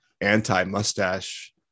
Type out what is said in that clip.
anti-mustache